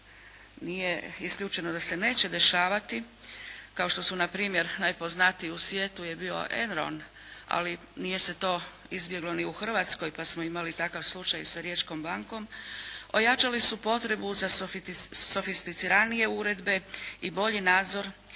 nije isključeno da se neće dešavati kao što su npr. najpoznatiji u svijetu je bio Enron, ali nije se to izbjeglo ni u Hrvatskoj pa smo imali takav slučaj sa Riječkom bankom, ojačali su potrebu za sofisticiranije uredbe i bolji nadzor